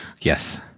Yes